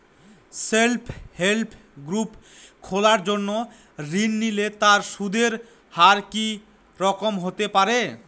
Self help group খোলার জন্য ঋণ নিলে তার সুদের হার কি রকম হতে পারে?